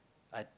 I